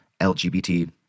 LGBT